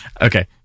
okay